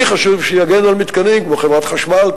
לי חשוב שיגנו על מתקנים כמו חברת חשמל,